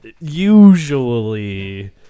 usually